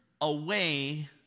away